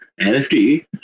NFT